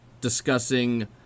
discussing